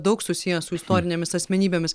daug susiję su istorinėmis asmenybėmis